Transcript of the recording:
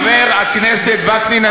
חבר הכנסת וקנין,